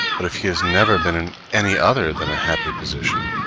but if he has never been in any other than a happy position,